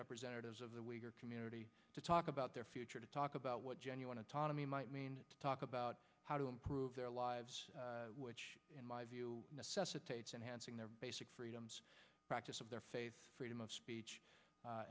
representatives of the wigger community to talk about their future to talk about what genuine autonomy might mean to talk about how to improve their lives which in my view necessitates enhancing their basic freedoms practice of their faith freedom of